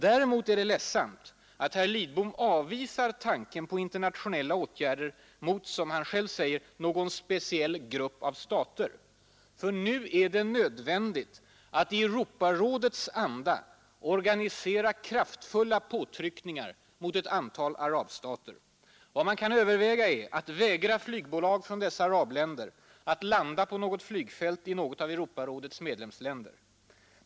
Däremot är det ledsamt att herr Lidbom avvisar tanken på internationella åtgärder mot, som han själv säger, ”någon speciell grupp av stater”. Nu är det ju nödvändigt att i Europarådets anda organisera kraftfulla påtryckningar mot ett antal arabstater. Vad man kan överväga är att vägra flygbolag från dessa arabländer att landa på något flygfält i något av Europarådets medlemsländer.